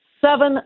seven